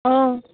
অঁ